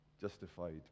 Justified